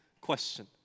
question